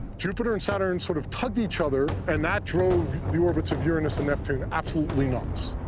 jupiter and saturn sort of tugged each other, and that drove the orbits of uranus and neptune absolutely nuts.